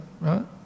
right